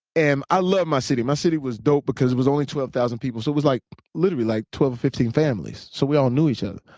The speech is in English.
and i love my city. my city was dope because it was only twelve thousand people so it was like literally like twelve or fifteen families so we all knew each other.